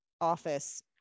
office